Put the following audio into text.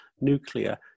nuclear